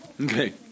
Okay